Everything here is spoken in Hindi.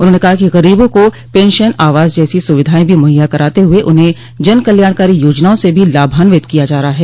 उन्होंने कहा कि गरीबों को पेंशन आवास जैसी सुविधाएं भी मुहैया कराते हुए उन्हें जनकल्याणकारी योजनाओं से भी लाभान्वित किया जा रहा है